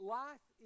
life